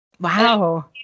wow